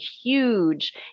huge